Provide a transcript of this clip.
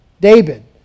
David